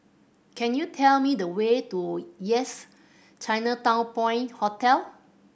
can you tell me the way to Yes Chinatown Point Hotel